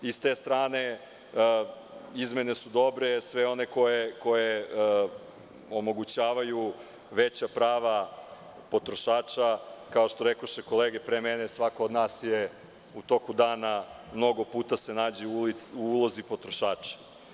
Sa te strane izmene su dobre, sve one koje omogućavaju veća prava potrošača, kao što rekoše kolege pre mene, svako od nas u toku dana mnogo puta se nađe u ulozi potrošača.